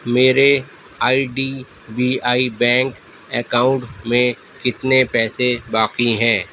میرے I D B I bank account میں کتنے پیسے باقی ہیں